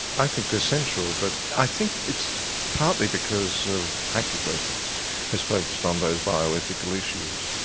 i think they're central, but i think it's partly because of practical ethics as focused on those bioethical issues,